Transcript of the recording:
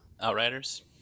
Outriders